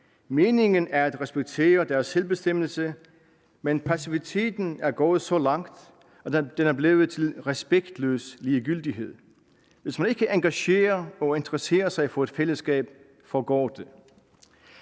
Meningen er at respektere deres selvbestemmelse, men passiviteten er gået så langt, at den er blevet til respektløs ligegyldighed. Hvis man ikke engagerer og interesserer sig for et fællesskab, forgår det«.